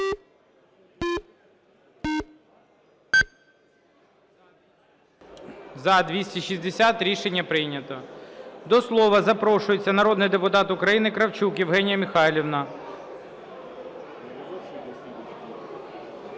За-260 Рішення прийнято. До слова запрошується народний депутат України Кравчук Євгенія Михайлівна.